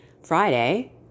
Friday